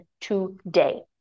today